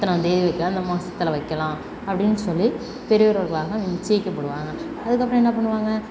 இத்தனாந்தேதி வைக்கலாம் இந்த மாசத்தில் வைக்கலாம் அப்படின்னு சொல்லி பெரியோர்களால் நிச்சயிக்கப்படுவாங்க அதுக்கப்புறம் என்ன பண்ணுவாங்க